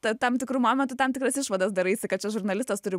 tad tam tikru momentu tam tikras išvadas daraisi kad čia žurnalistas turi